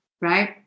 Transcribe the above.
right